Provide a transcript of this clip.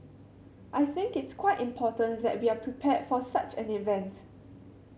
I think it's quite important that we are prepared for such an event